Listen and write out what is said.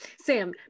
sam